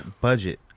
Budget